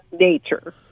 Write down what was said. nature